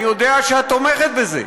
אני יודע שאת תומכת בזה,